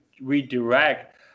redirect